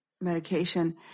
medication